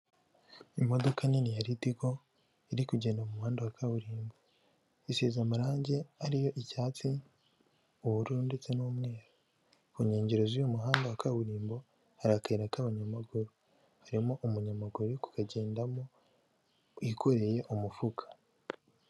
Imodoka nini ya ritoko iri kugenda mu muhanda wa kaburimbo isize amarangi, ariyo icyatsi n'ubururu ndetse n'umweru ku ntegero z'uyu muhanda wa kaburimbo hari akayira k'abanyamaguru harimo umunyamaguru kukagendamo wikoreye umufuka.